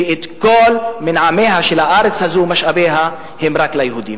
וכל מנעמיה של הארץ הזאת ומשאביה הם רק ליהודים.